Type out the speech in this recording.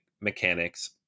mechanics